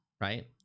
right